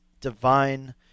divine